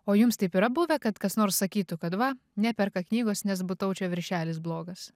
o jums taip yra buvę kad kas nors sakytų kad va neperka knygos nes butaučio viršelis blogas